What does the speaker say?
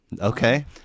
Okay